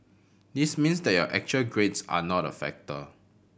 this means that your actual grades are not a factor